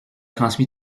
transmis